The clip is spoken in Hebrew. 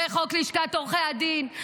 בחוק לשכת עורכי הדין,